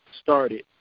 started